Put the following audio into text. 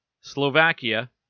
Slovakia